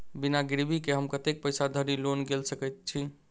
बिना गिरबी केँ हम कतेक पैसा धरि लोन गेल सकैत छी?